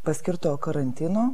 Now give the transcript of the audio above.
paskirto karantino